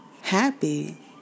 happy